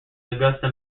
augusta